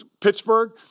Pittsburgh –